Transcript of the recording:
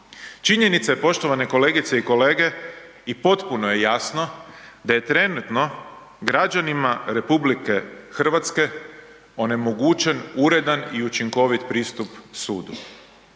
Činjenica je poštovane kolegice i kolege i potpuno je jasno da je trenutno građanima RH onemogućen uredan i učinkovit pristup sudu.